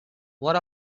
what